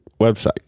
website